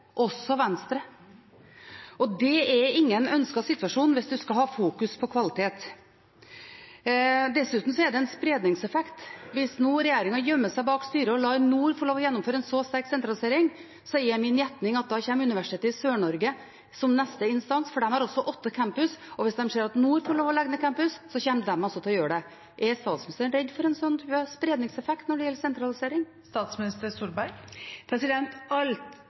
også Venstre – og det er ingen ønsket situasjon hvis en skal ha fokus på kvalitet. Dessuten er det en spredningseffekt. Hvis regjeringen nå gjemmer seg bak styret og lar Nord universitet få gjennomføre en så sterk sentralisering, er det min gjetning at da kommer Universitetet i Sørøst-Norge som neste instans, for de har også åtte campus, og hvis de ser at Nord universitet får lov til å legge ned campus, kommer de også til å gjøre det. Er statsministeren redd for en slik spredningseffekt når det gjelder sentralisering?